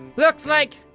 looks like.